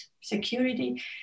security